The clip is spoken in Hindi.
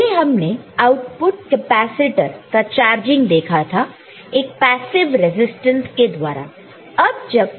पहले हमने आउटपुट कैपेसिटर का चार्जिंग देखा था एक पैसिव रेजिस्टेंस के द्वारा